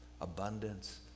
Abundance